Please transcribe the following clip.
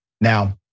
Now